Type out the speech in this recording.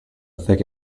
thick